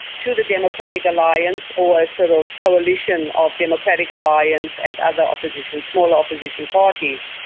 to the democratic alliance or a sort of coalition of democratic alliance and other opposition, smaller opposition parties.